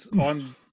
on